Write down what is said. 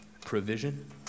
provision